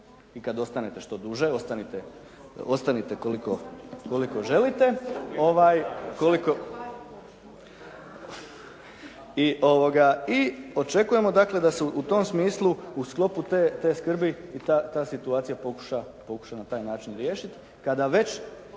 i kad ostanete što duže. Ostanite, ostanite koliko želite, ovaj, koliko i očekujemo dakle da se u tom smislu u sklopu te skrbi i ta situacija pokuša na taj način riješiti